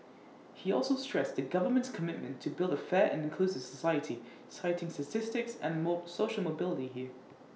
he also stressed the government's commitment to build A fair and inclusive society citing statistics and mode social mobility here